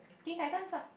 Teen-Titans ah